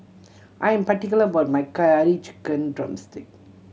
I am particular about my Curry Chicken drumstick